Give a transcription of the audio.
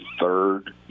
third